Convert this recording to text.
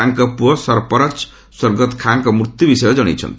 ତାଙ୍କ ପୁଅ ସର୍ପରଜ୍ ସ୍ୱର୍ଗତ ଖାଁଙ୍କ ମୃତ୍ୟୁ ବିଷୟ କ୍ରଣାଇଛନ୍ତି